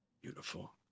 Beautiful